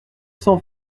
cent